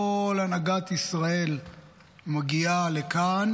כל הנהגת ישראל מגיעה לכאן